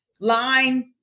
line